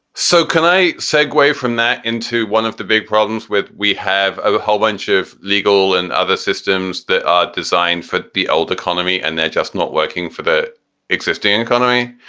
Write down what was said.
so can i segway from that into one of the big problems, we have a whole bunch of legal and other systems that are designed for the old economy and they're just not working for the existing and economy,